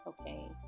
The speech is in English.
okay